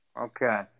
Okay